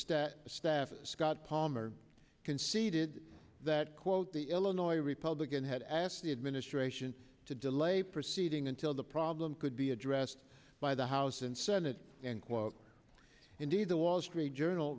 staff staff scott palmer conceded that quote the illinois republican had asked the administration to delay proceeding until the problem could be addressed by the house and senate and quote indeed the wall street journal